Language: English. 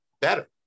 better